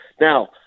Now